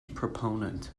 proponent